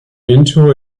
into